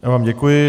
Já vám děkuji.